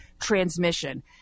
transmission